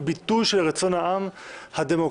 ביטוי של רצון העם הדמוקרטי,